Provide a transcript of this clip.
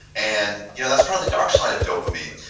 and you know that's probably dark side of dopamine,